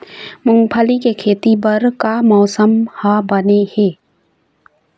मूंगफली के खेती बर का मौसम हर बने ये?